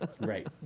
Right